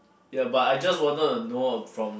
ya but I just wanted to know uh from